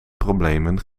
problemen